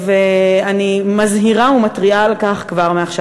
אני מזהירה ומתריעה על כך כבר מעכשיו.